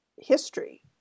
History